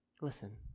Listen